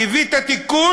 שהביא את התיקון,